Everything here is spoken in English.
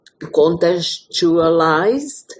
contextualized